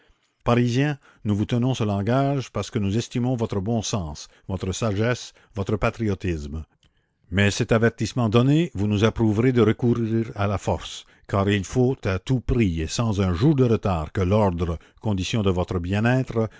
parisiens nous vous tenons ce langage parce que nous estimons votre bon sens votre sagesse votre patriotisme mais cet avertissement donné vous nous approuverez de recourir à la force car il faut à tout prix et sans un jour de retard que l'ordre condition de votre bien-être